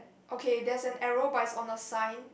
okay there's an error but is on the sign